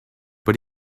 but